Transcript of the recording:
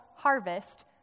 Harvest